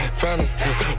family